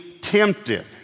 tempted